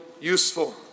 useful